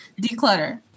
declutter